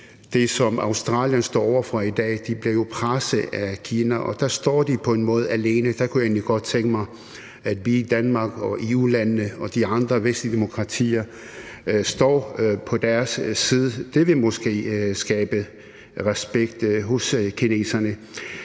det, som Australien står over for i dag. De bliver jo presset af Kina, og der står de på en måde alene. Der kunne jeg egentlig godt tænke mig at vi i Danmark og EU-landene og de andre vestlige demokratier står på deres side. Det vil måske skabe respekt hos kineserne.